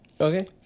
Okay